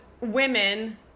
women